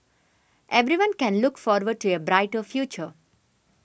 everyone can look forward to a brighter future